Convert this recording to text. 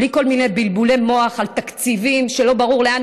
בלי כל מיני בלבולי מוח על תקציבים שלא ברור לאן